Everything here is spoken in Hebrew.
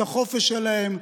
את החופש שלהם,